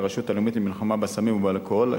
את הרשות הלאומית למלחמה בסמים ובאלכוהול,